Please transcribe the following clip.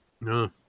No